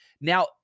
Now